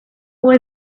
was